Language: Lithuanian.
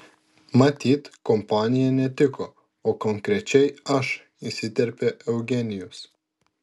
matyt kompanija netiko o konkrečiai aš įsiterpė eugenijus